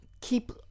keep